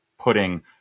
putting